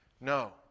No